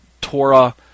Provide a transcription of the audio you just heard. Torah